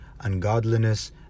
ungodliness